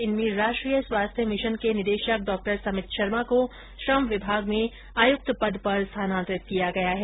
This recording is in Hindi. इनमें राष्ट्रीय स्वास्थ्य मिशन के निदेशक डॉ समित शर्मा को श्रम विभाग में आयुक्त पद पर स्थानान्तरित किया गया है